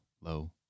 low